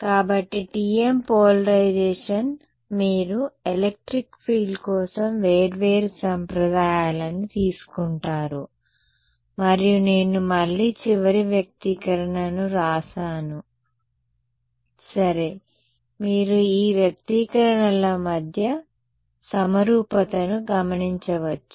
కాబట్టి TM polarisation మీరు electric field కోసం వేర్వేరు సంప్రదాయాలను తీసుకుంటారు మరియు నేను మళ్లీ చివరి వ్యక్తీకరణను వ్రాస్తాను సరే మీరు ఈ వ్యక్తీకరణల మధ్య సమరూపతను గమనించవచ్చు